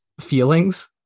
feelings